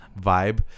vibe